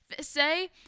Say